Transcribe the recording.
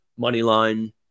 Moneyline